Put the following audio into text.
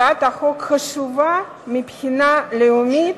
היא הצעת חוק חשובה מבחינה לאומית